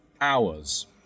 hours